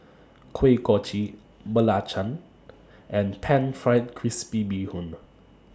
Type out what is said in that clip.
Kuih Kochi Belacan and Pan Fried Crispy Bee Hoon